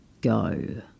go